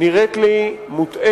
נראית לי מוטעית,